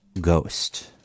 Ghost